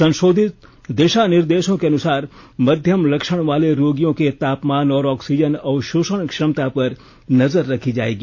संशोधित दिशानिर्देशों के अनुसार मध्यम लक्षण वाले रोगियों के तापमान और ऑक्सीजन अवशोषण क्षमता पर नजर रखी जाएगी